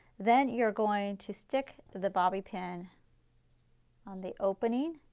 then you're going to stick the bobby pin on the opening,